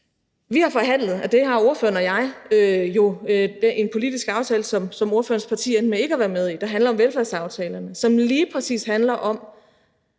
Vi har forhandlet – det har ordføreren og jeg – en politisk aftale, som ordførerens parti endte med ikke at være med i. Det er velfærdsaftalerne, som lige præcis handler om